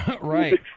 Right